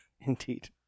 Indeed